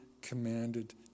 commanded